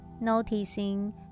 noticing